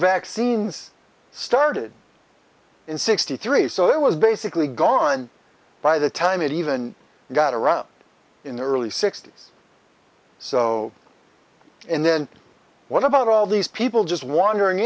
vaccines started in sixty three so it was basically gone by the time it even got around in the early sixty's so and then what about all these people just wandering